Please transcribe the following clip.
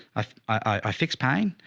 i, i fixed pain,